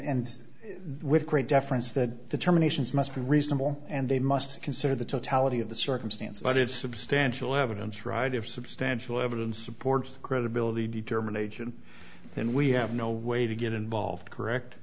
and with great deference that the terminations must be reasonable and they must consider the totality of the circumstance but if substantial evidence right of substantial evidence supports credibility determination then we have no way to get involved correct